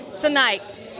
tonight